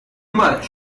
much